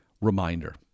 reminder